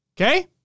Okay